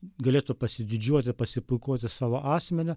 galėtų pasididžiuoti pasipuikuoti savo asmeniu